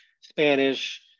Spanish